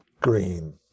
Green